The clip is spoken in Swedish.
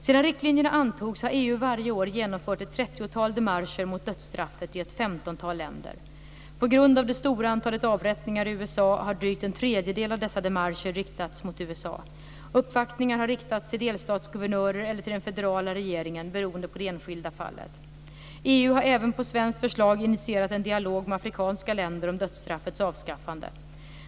Sedan riktlinjerna antogs har EU varje år genomfört ett trettiotal demarscher mot dödsstraffet i ett femtontal länder. På grund av det stora antalet avrättningar i USA har drygt en tredjedel av dessa demarscher riktats mot USA. Uppvaktningar har riktats till delstatsguvernörer eller till den federala regeringen beroende på det enskilda fallet. EU har även på svenskt förslag initierat en dialog med afrikanska länder om dödsstraffets avskaffande.